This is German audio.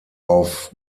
auf